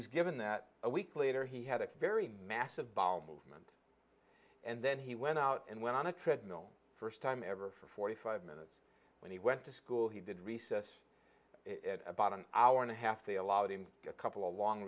was given that a week later he had a very massive bowel movement and then he went out and went on a treadmill first time ever for forty five minutes when he went to school he did recess about an hour and a half they allowed him a couple of long